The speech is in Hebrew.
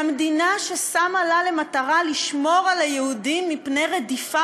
שהמדינה ששמה לה למטרה לשמור על היהודים מפני רדיפה